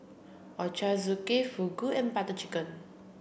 Ochazuke Fugu and Butter Chicken